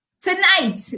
tonight